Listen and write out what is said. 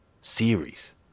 series